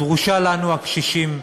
דרושה לנו, הקשישים,